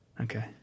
Okay